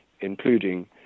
including